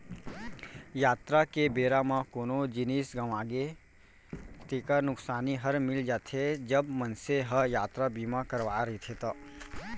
यातरा के बेरा म कोनो जिनिस गँवागे तेकर नुकसानी हर मिल जाथे, जब मनसे ह यातरा बीमा करवाय रहिथे ता